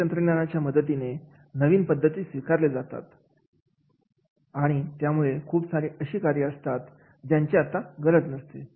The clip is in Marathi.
माहिती तंत्रज्ञानाच्या मदतीने नवीन पद्धती स्वीकारले जातात आणि यामुळे खूप सारे अशी कार्य असतात ज्यांची आता गरज नसते